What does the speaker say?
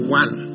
one